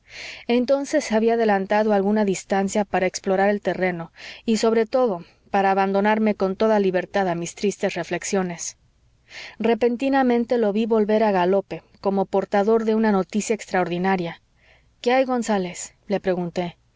entonces se había adelantado a alguna distancia para explorar el terreno y sobre todo para abandonarme con toda libertad a mis tristes reflexiones repentinamente lo ví volver a galope como portador de una noticia extraordinaria qué hay gonzález le pregunté